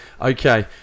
Okay